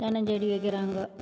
தென்னஞ்செடி வைக்கிறாங்க